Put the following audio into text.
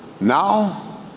Now